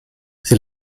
sie